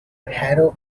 harrow